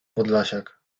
podlasiak